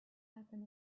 happen